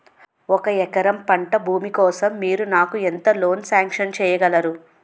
ఒక ఎకరం పంట భూమి కోసం మీరు నాకు ఎంత లోన్ సాంక్షన్ చేయగలరు?